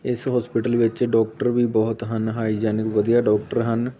ਇਸ ਹੋਸਪਿਟਲ ਵਿੱਚ ਡਾਕਟਰ ਵੀ ਬਹੁਤ ਹਨ ਹਾਈਜੈਨਿਕ ਵਧੀਆ ਡਾਕਟਰ ਹਨ